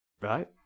Right